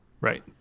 right